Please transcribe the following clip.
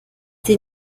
sie